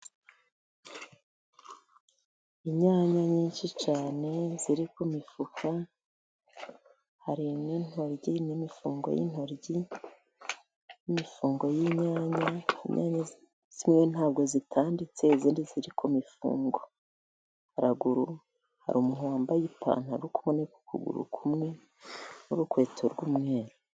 Inyanya nyinshi cyane ziri ku mifuka hari n'imifungo y'intoryi, n'imifungo y'inyanya, zimwe ntabwo zitanditse izindi ziri ku mifungo, haruguru hari umuntu wambaye ipantaro, iri kuboneka ukuguru kumwe n'urukweto rw'umweru.